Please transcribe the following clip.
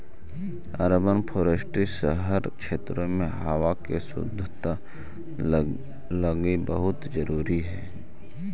urban forestry शहरी क्षेत्रों में हावा के शुद्धता लागी बहुत जरूरी हई